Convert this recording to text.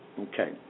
Okay